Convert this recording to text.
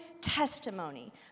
testimony